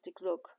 look